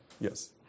Yes